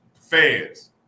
fans